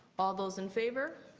all those in favor?